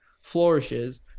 flourishes